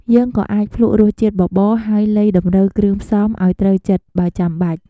យើងក៏អាចភ្លក្សរសជាតិបបរ ហើយលៃតម្រូវគ្រឿងផ្សំឱ្យត្រូវចិត្ត បើចាំបាច់។